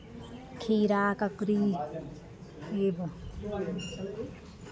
खीरा ककड़ी